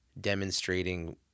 demonstrating